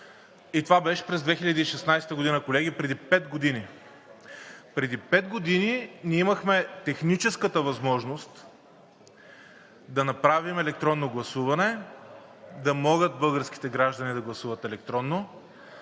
и това беше през 2016 г., колеги – преди пет години! Преди пет години ние имахме техническата възможност да направим електронно гласуване, да могат българските граждани да гласуват електронно